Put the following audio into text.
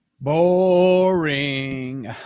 Boring